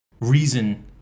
Reason